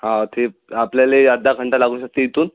हां ते आपल्यालाही अर्धा घंटा लागू शकते इथून